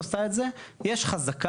תלך ישר למחוזי?